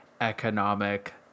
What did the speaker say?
economic